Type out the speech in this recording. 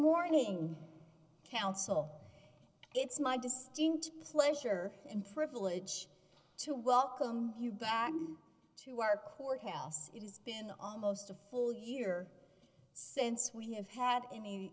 morning counsel it's my distinct pleasure and privilege to welcome you back to our courthouse it has been almost a full year since we have had any